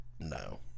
No